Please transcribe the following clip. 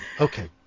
Okay